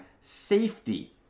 safety